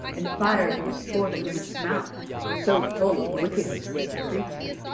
and fire bursts forth from its mouth so full of wickedness is the creature.